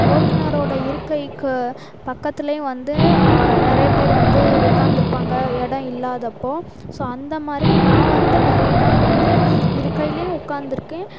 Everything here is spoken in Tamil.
ஓட்டுனரோட இருக்கைக்கு பக்கத்துலேயும் வந்து நிறைய பேர் வந்து உட்காந்திருப்பாங்க இடம் இல்லாதப்போ ஸோ அந்தமாதிரி நான் வந்து நிறைய நாள் வந்து இருக்கையிலும் உட்காந்துருக்கேன்